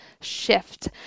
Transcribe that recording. shift